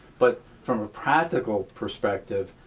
but from a practical perspective,